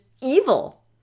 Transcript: evil